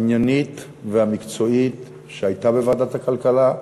העניינית והמקצועית שהייתה בוועדת הכלכלה,